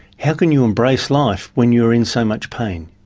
how can you embrace life when you are in so much pain?